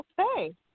Okay